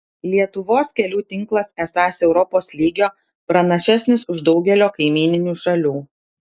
lietuvos kelių tinklas esąs europos lygio pranašesnis už daugelio kaimyninių šalių